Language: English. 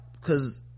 cause